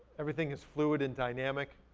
everything is fluid and dynamic,